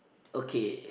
okay